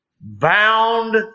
bound